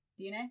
DNA